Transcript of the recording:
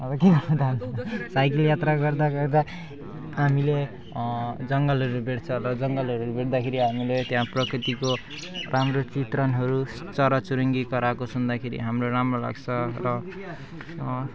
अब के गर्नु त अन्त साइकल यात्रा गर्दा गर्दा हामीले जङ्गलहरू भेट्छ र जङ्गलहरू भेट्दाखेरि हामीले त्यहाँ प्रकृतिको राम्रो चित्रणहरू चराचुरूङ्गी कराएको सुन्दाखेरि हाम्रो राम्रो लाग्छ र